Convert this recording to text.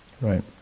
Right